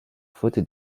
faute